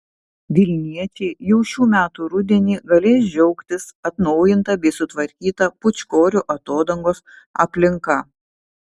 vilniečiai jau šių metų rudenį galės džiaugtis atnaujinta bei sutvarkyta pūčkorių atodangos aplinka